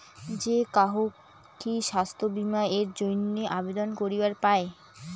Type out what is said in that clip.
যে কাহো কি স্বাস্থ্য বীমা এর জইন্যে আবেদন করিবার পায়?